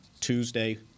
Tuesday